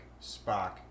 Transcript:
Spock